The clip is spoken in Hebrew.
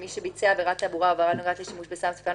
מי שביצע עבירת תעבורה או עבירה הנוגעת לשימוש בסם מסוכן